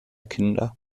kinder